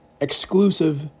exclusive